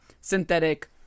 synthetic